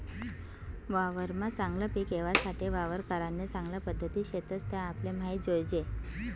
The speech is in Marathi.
वावरमा चागलं पिक येवासाठे वावर करान्या चांगल्या पध्दती शेतस त्या आपले माहित जोयजे